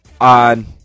on